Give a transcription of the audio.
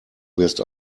wirst